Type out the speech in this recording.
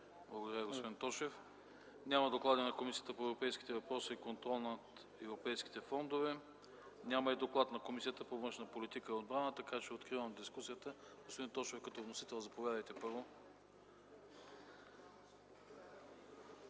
Благодаря, господин Тошев. Няма доклади на Комисията по европейските въпроси и контрол на европейските фондове и на Комисията по външна политика и отбрана, така че откривам дискусията. Господин Тошев, заповядайте като